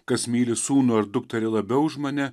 kas myli sūnų ar dukterį labiau už mane